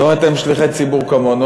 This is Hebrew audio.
זאת אומרת, הם שליחי ציבור כמונו.